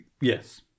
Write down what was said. Yes